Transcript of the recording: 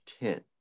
tent